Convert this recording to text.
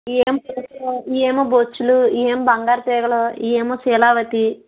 ఇవేమో పులసలు ఇవేమో బొచ్చెలు ఇవేమో బంగారు తీగలు ఇవేమో శీలావతి